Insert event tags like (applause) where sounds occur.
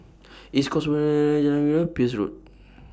East Coast (unintelligible) Peirce Road